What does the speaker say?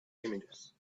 images